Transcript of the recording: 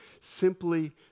simply